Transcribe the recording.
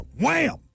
wham